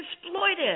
exploited